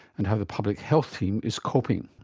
and how the public health team is coping.